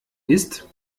ist